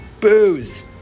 booze